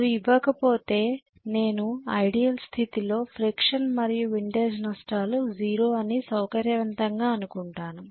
అవి ఇవ్వకపోతే నేను ఐడియల్ స్థితిలో ఫ్రిక్షన్ మరియు విండేజ్ నష్టాలు 0 అని సౌకర్యవంతంగా అనుకుంటాను